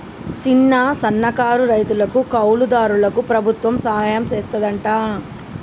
సిన్న, సన్నకారు రైతులకు, కౌలు దారులకు ప్రభుత్వం సహాయం సెత్తాదంట